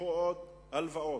ותיקחו עוד הלוואות,